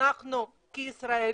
אנחנו, כישראלים,